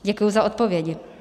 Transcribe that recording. Děkuji za odpovědi.